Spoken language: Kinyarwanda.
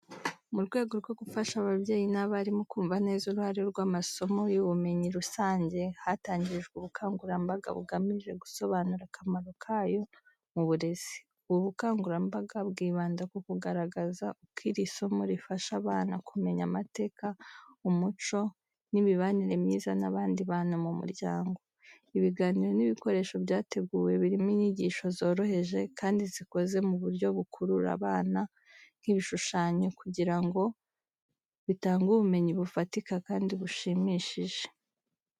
Mu rwego rwo gufasha ababyeyi n’abarimu kumva neza uruhare rw’amasomo y’ubumenyi rusange, hatangijwe ubukangurambaga bugamije gusobanura akamaro kayo mu burezi. Ubu bukangurambaga bwibanda ku kugaragaza uko iri somo rifasha abana kumenya amateka, umuco, n’imibanire myiza n’abandi bantu mu muryango. Ibiganiro n’ibikoresho byateguwe birimo inyigisho zoroheje kandi zikoze mu buryo bukurura abana, nk’ibishushanyo, kugira ngo bitange ubumenyi bufatika kandi bushimishije.